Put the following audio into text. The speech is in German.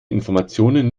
informationen